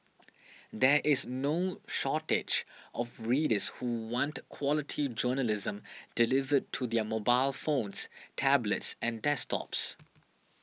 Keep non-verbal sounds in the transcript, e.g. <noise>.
<noise> there is no shortage of readers who want quality journalism delivered to their mobile phones tablets and desktops